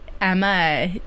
Emma